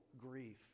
grief